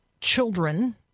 children